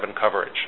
coverage